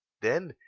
then,